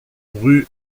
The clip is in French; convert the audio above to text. rue